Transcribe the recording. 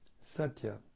Satya